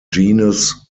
genus